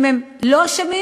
אם הם לא אשמים,